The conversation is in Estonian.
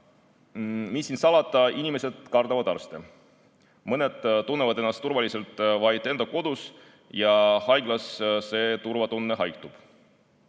mis siin salata, inimesed kardavad arste. Mõned tunnevad ennast turvaliselt vaid enda kodus, haiglas see turvatunne haihtub.